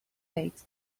fate